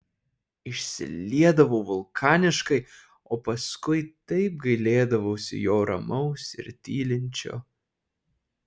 išsiliedavau vulkaniškai o paskui taip gailėdavausi jo ramaus ir tylinčio